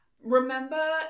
remember